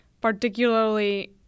particularly